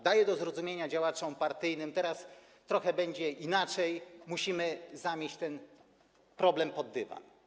Daje do zrozumienia działaczom partyjnym: teraz będzie trochę inaczej, musimy zamieść ten problem pod dywan.